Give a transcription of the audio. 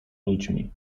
ludźmi